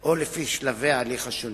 או לפי שלבי ההליך השונים.